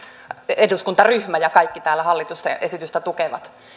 eduskuntaryhmä ja kaikki täällä hallituksen esitystä tukevat